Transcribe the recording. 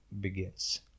begins